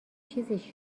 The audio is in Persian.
چیزیش